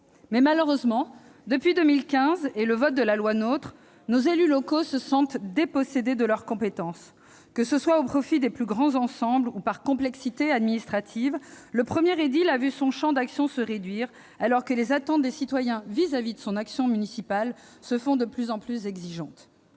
Mais malheureusement, depuis 2015 et le vote de la loi NOTRe, nos élus locaux se sentent dépossédés de leurs compétences. Que ce soit au profit des plus grands ensembles ou du fait de complexités administratives, le premier édile a vu son champ d'action se réduire alors que les attentes des citoyens à l'égard de son action municipale se font de plus en plus exigeantes.